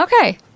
Okay